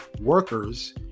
workers